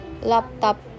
laptop